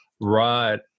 right